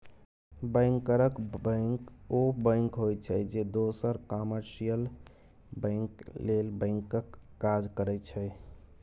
बैंकरक बैंक ओ बैंक होइ छै जे दोसर कामर्शियल बैंक लेल बैंकक काज करै छै